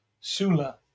sula